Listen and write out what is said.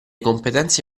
competenze